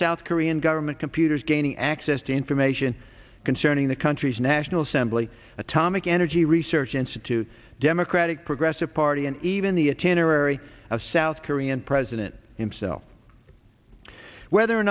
south korean government computers gaining access to information concerning the country's national assembly atomic energy research institute democratic progressive party and even the a ten or ary of south korean president himself whether or